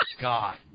God